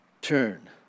turn